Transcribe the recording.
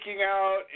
out